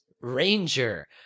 ranger